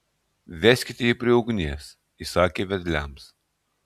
veskite jį prie ugnies įsakė vedliams